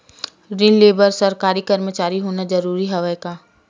ऋण ले बर सरकारी कर्मचारी होना जरूरी हवय का?